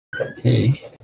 Okay